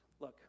look